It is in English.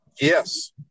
Yes